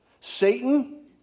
Satan